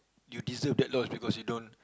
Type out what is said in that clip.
you deserve that loss because you don't